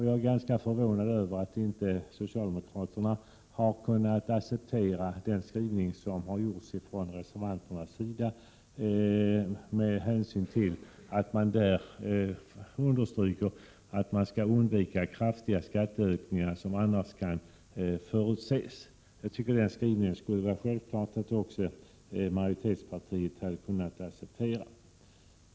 Jag är ganska förvånad över att socialdemokraterna inte har kunnat acceptera den skrivning som reservanterna gjort, med hänsyn till att där understryks att man skall undvika de kraftiga skattehöjningar som annars kan förutses. Den skrivningen borde självfallet majoritetspartiet ha kunnat acceptera.